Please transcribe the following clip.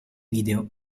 video